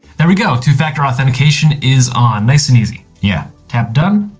there we go. two-factor authentication is on nice and easy. yeah, tap done.